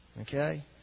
okay